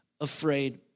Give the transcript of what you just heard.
afraid